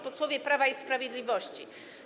Posłowie Prawa i Sprawiedliwości!